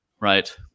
Right